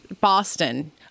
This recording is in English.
Boston